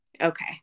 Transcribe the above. okay